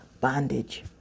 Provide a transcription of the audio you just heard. bondage